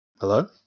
Hello